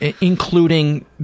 Including